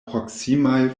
proksimaj